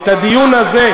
המערך,